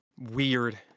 weird